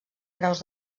graus